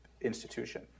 institution